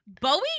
bowie